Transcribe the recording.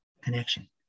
connection